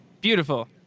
Beautiful